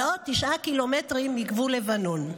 ועד תשעה קילומטרים מגבול לבנון.